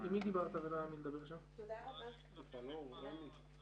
מיושב וגם לא מקבלת איזושהי סמכות לחתוך פה לרוחב בקווים,